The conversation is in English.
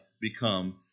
become